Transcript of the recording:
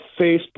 Facebook